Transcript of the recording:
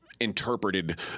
interpreted